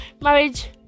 Marriage